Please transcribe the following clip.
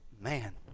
man